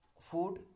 food